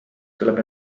tuleb